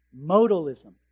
modalism